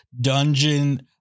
dungeon